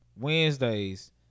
Wednesdays